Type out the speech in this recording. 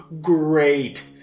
great